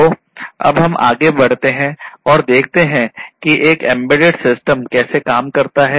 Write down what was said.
तो अब हम आगे बढ़ते हैं और देखते हैं कि एक एम्बेडेड सिस्टम कैसे काम करता है